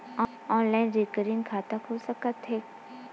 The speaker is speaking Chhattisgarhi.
ऑनलाइन रिकरिंग खाता खुल सकथे का?